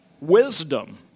Wisdom